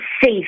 safe